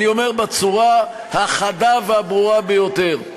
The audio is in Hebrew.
אני אומר בצורה החדה והברורה ביותר,